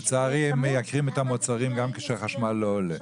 לצערי מייקרים את המוצרים גם כשהחשמל לא עולה.